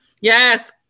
Yes